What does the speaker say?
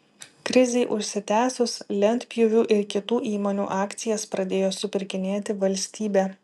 krizei užsitęsus lentpjūvių ir kitų įmonių akcijas pradėjo supirkinėti valstybė